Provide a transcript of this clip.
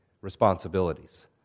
responsibilities